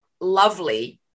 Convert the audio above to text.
lovely